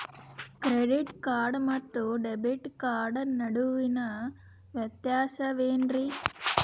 Credit card ಮತ್ತು debit card ನಡುವಿನ ವ್ಯತ್ಯಾಸ ವೇನ್ರೀ?